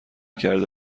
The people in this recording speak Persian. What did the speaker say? کرده